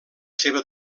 seva